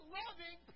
loving